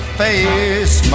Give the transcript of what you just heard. face